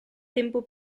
tempo